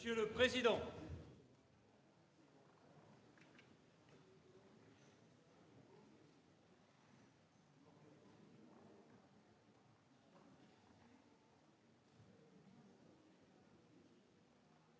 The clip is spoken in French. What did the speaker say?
Monsieur le président,